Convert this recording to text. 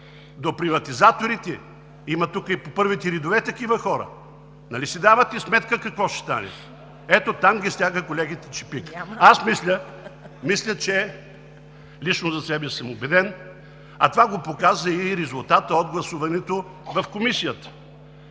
до приватизаторите – има тук и по първите редове такива хора, нали си давате сметка какво ще стане? Ето там ги стяга колегите чепикът. Аз мисля, че – лично за себе си съм убеден, а това го показа и резултатът от гласуването в Комисията